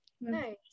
Nice